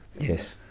Yes